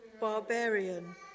barbarian